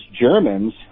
Germans